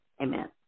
Amen